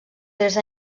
tres